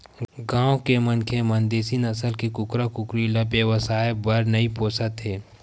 गाँव के मनखे मन देसी नसल के कुकरा कुकरी ल बेवसाय बर नइ पोसत हे